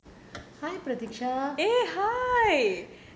hi pretisha